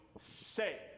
say